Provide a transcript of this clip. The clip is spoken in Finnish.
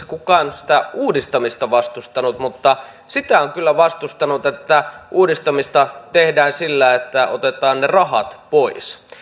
kukaan sitä uudistamista vastustanut mutta sitä on kyllä vastustanut että uudistamista tehdään sillä että otetaan ne rahat pois